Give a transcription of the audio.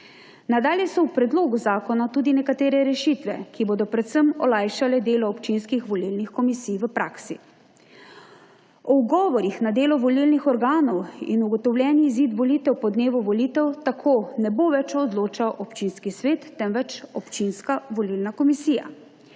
Nadalje so v predlogu zakona tudi nekatere rešitve, ki bodo predvsem olajšale delo občinskih volilnih komisij v praksi. O ugovorih na delo volilnih organov in ugotovljeni izid volitev po dnevu volitev tako ne bo več odločal občinski svet, temveč občinska volilna komisija.